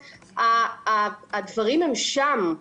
הדברים הם שם.